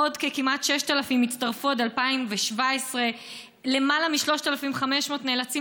עוד כמעט 6,000 יצטרפו עד 2017. למעלה מ-3,500 נאלצים